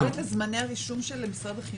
אלה זמני הרישום של משרד החינוך?